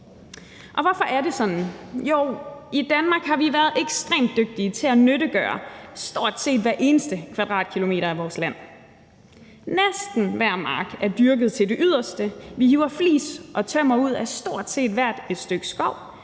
Hvorfor er det sådan? I Danmark har vi været ekstremt dygtige til at nyttiggøre stort set hver eneste kvadratkilometer af vores land, næsten hver mark er dyrket til det yderste. Vi hiver flis og tømmer ud af stort set hvert et stykke skov,